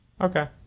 okay